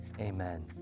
Amen